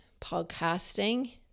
podcasting